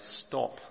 stop